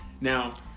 now